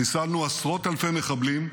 חיסלנו עשרות אלפי מחבלים,